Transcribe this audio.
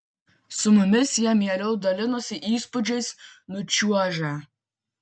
su mumis jie mieliau dalinosi įspūdžiais nučiuožę